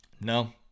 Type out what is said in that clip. No